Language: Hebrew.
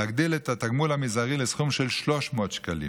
להגדיל את התגמול המזערי לסכום של 300 שקלים